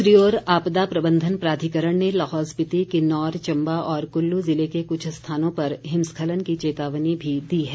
दूसरी ओर आपदा प्रबंधन प्राधिकरण ने लाहौल स्पीति किन्नौर चम्बा और कुल्लू ज़िले के कुछ स्थानों पर हिमस्खलन की चेतावनी भी दी है